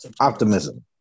Optimism